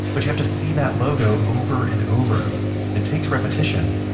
but you have to see that logo over and over it takes repetition.